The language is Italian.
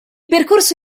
percorso